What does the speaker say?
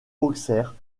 auxerre